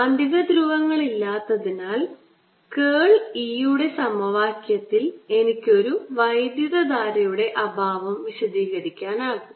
കാന്തികധ്രുവങ്ങളില്ലാത്തതിനാൽ കേൾ E യുടെ സമവാക്യത്തിൽ എനിക്ക് ഒരു വൈദ്യുതധാരയുടെ അഭാവം വിശദീകരിക്കാൻ കഴിയും